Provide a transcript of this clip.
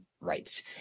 rights